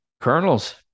Colonels